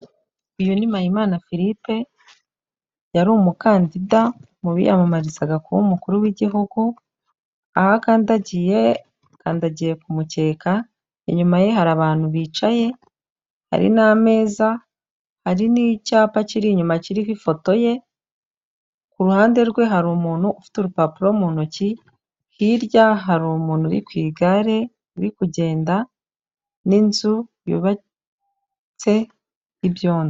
Uyu ni Mpayimana Philippe yari umukandida mu biyamamarizaga kuba umukuru w'igihugu aho akandagiye akandagiye ku mukeka, inyuma ye hari abantu bicaye hari n'ameza, hari n'icyapa kiri inyuma kiriho ifoto ye. Ku ru hande rwe hari umuntu ufite urupapuro mu ntoki, hirya hari umuntu uri ku igare uri kugenda n'inzu yubatse y'ibyondo.